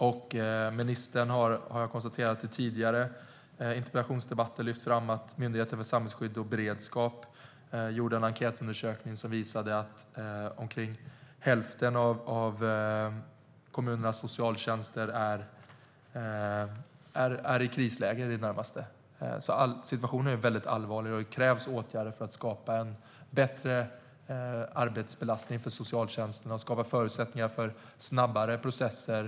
Jag konstaterar att ministern i tidigare interpellationsdebatter har lyft fram att Myndigheten för samhällsskydd och beredskap gjorde en enkätundersökning som visade att omkring hälften av kommunernas socialtjänster är i det närmaste i krisläge. Situationen är alltså väldigt allvarlig, och det krävs åtgärder för att skapa en bättre arbetsbelastning för socialtjänsten och förutsättningar för snabbare processer.